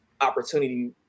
opportunity